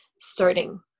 starting